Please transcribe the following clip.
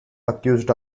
accused